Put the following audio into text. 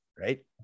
right